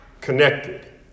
Connected